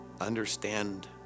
understand